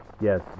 Yes